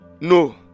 no